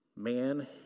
man